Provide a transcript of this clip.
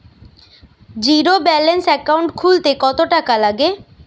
Zero balance account খুলতে কত টাকা লাগে?